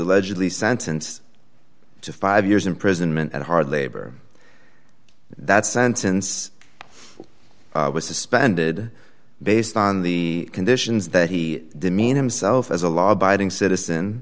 allegedly sentenced to five years imprisonment at hard labor that sentence was suspended based on the conditions that he demeaned himself as a law abiding citizen